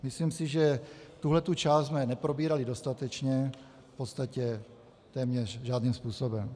Myslím si, že tuhle tu část jsme neprobírali dostatečně, v podstatě téměř žádným způsobem.